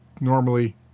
normally